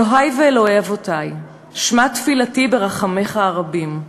אלוהי ואלוהי אבותי, שמע תפילתי ברחמיך הרבים.